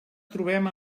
trobem